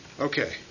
Okay